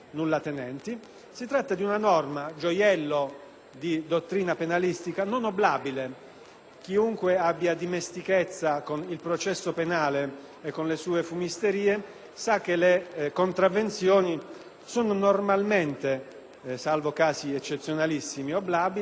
Chiunque abbia dimestichezza con il processo penale e con le sue fumisterie sa che le contravvenzioni sono normalmente, salvo casi eccezionali, oblabili perché ciò risponde, in presenza di condotte ritenute comunque devianti, all'esigenza di accelerare